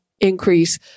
increase